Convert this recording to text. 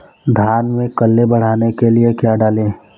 धान में कल्ले बढ़ाने के लिए क्या डालें?